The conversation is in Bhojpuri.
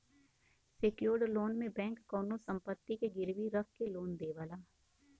सेक्योर्ड लोन में बैंक कउनो संपत्ति के गिरवी रखके लोन देवला